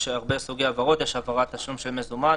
יש הרבה סוגי העברות: יש העברת תשלום של מזומן,